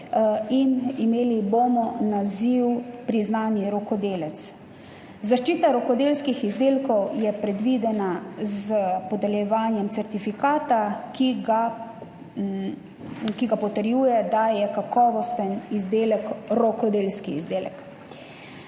Imeli bomo naziv priznani rokodelec. Zaščita rokodelskih izdelkov je predvidena s podeljevanjem certifikata, ki potrjuje, da je rokodelski izdelek kakovosten izdelek.